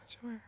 Sure